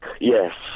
Yes